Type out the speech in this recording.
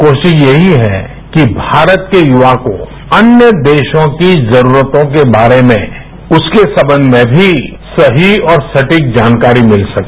कोरीरा यही है कि भारत के युवा को अन्य देशों की जरूरतों के बारे में उसके संबंध में भी सही और सटीक जानकारी मिल सके